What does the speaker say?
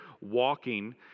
walking